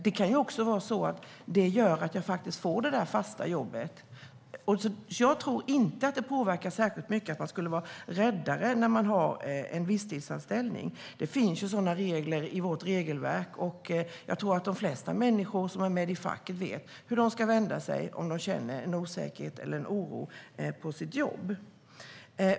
Det kan ju också vara så att det gör att man faktiskt får det där fasta jobbet. Jag tror alltså inte att det påverkar särskilt mycket eller att man skulle vara räddare när man har en visstidsanställning. Det finns ju sådana regler i vårt regelverk, och jag tror att de flesta människor som är med i facket vet vart de ska vända sig om de känner en osäkerhet eller en oro på sitt jobb.